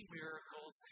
miracles